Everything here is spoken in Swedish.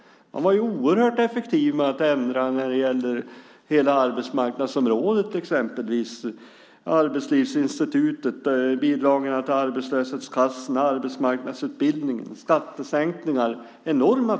De var ju oerhört effektiva med att ändra när det gällde hela arbetsmarknadsområdet, exempelvis Arbetslivsinstitutet, bidragen till arbetslöshetskassan, arbetsmarknadsutbildningen, skattesänkningarna.